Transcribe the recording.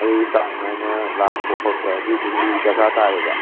ꯑꯗꯨꯒꯤ ꯆꯥꯡꯅꯥꯏꯅ ꯂꯥꯛꯄ ꯈꯣꯠꯄ ꯑꯗꯨꯗꯨꯝꯗꯤ ꯗꯔꯀꯥꯔ ꯇꯥꯏꯌꯦꯕ